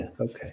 okay